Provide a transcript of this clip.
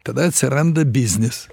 tada atsiranda biznis